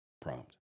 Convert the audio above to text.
prompt